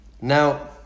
Now